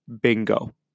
Bingo